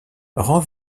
rend